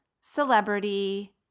celebrity